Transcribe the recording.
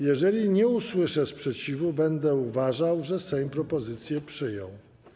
Jeżeli nie usłyszę sprzeciwu, będę uważał, że Sejm propozycję przyjął.